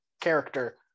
character